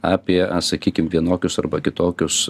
apie sakykim vienokius arba kitokius